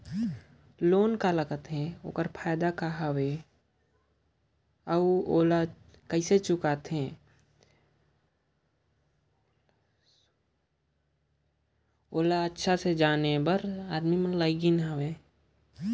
loan का हवे ओकर फएदा का हवे अउ ओला चुकाए ले कइसे अहे ओला सुग्घर ले जाने समुझे में लगिस अहे